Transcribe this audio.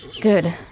Good